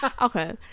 Okay